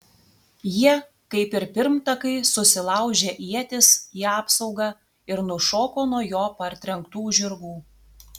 jie kaip ir pirmtakai susilaužė ietis į apsaugą ir nušoko nuo jo partrenktų žirgų